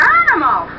animal